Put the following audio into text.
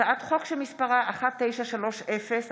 הצעת חוק שמספרה פ/1930/23,